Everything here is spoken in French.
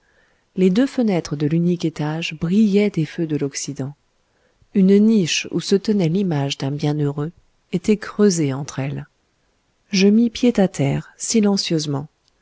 les deux fenêtres de l'unique étage brillaient des feux de l'occident une niche où se tenait l'image d'un bienheureux était creusée entre elles je mis pied à terre silencieusement